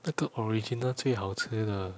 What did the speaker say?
那个 original 最好吃了